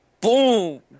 boom